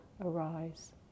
arise